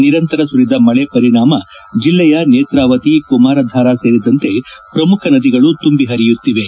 ನಿರಂತರ ಸುರಿದ ಮಳಿ ಪರಿಣಾಮ ಜಿಲ್ಲೆಯ ನೇತ್ರಾವತಿ ಕುಮಾರಧಾರಾ ಸೇರಿದಂತೆ ಪ್ರಮುಖ ನದಿಗಳು ತುಂಬಿ ಹರಿಯುತ್ತಿವೆ